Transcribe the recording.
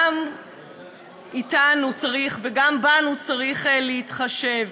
גם אתנו צריך וגם בנו צריך להתחשב,